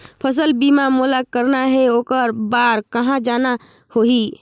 फसल बीमा मोला करना हे ओकर बार कहा जाना होही?